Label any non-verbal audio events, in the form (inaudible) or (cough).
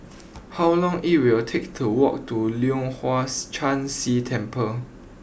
how long it will take to walk to Leong Hwa (unintelligible) Chan Si Temple